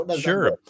Sure